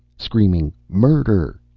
screaming murder!